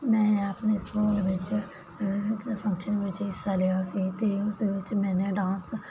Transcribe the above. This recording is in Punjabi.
ਮੈਂ ਆਪਣੇ ਸਕੂਲ ਵਿੱਚ ਫੰਕਸ਼ਨ ਵਿੱਚ ਹਿੱਸਾ ਲਿਆ ਸੀ ਤੇ ਉਸ ਵਿੱਚ ਮੈਨੂੰ ਡਾਂਸ